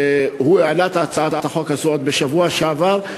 שהעלה את הצעת החוק הזאת עוד בשבוע שעבר,